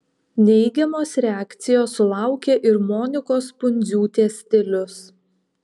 neigiamos reakcijos sulaukė ir monikos pundziūtės stilius